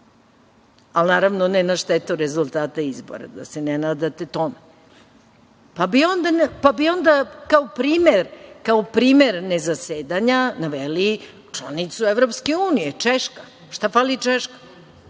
Ali, naravno, ne na štetu rezultata izbora, da se ne nadate tome. Pa bi onda kao primer nezasedanja naveli članicu Evropske unije. Češka, na primer.